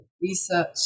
research